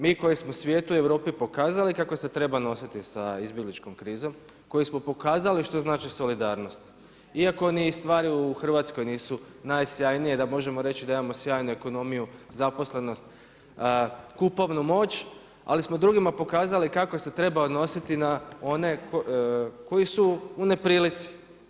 Mi koji smo svijetu i Europi pokazali kako se treba nositi sa izbjegličkom krizom, koji smo pokazali što znači solidarnost iako ni stvari Hrvatskoj nisu najsjajnije da možemo reći da imamo sjajnu ekonomiju, zaposlenost, kupovnu moć, ali smo drugima pokazali kako se treba odnositi na one koji su u neprilici.